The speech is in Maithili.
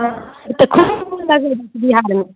आइ तऽ खूब मुँह लगेने छी देआदमे